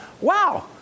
wow